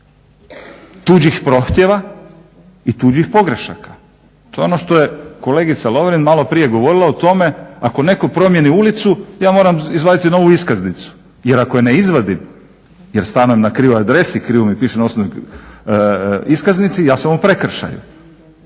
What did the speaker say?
tuđih prohtjeva i tuđih pogrešaka? To je ono što je kolegica Lovrin malo prije govorila o tome, ako netko promijeni ulicu ja moram izvaditi novu iskaznicu, jer ako je ne izvadim jer stanujem na krivoj adresi, krivo mi piše na osobnoj iskaznici ja sam u prekršaju.